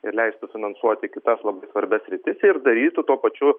ir leistų finansuoti kitas labai svarbias sritis ir darytų tuo pačiu